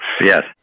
Yes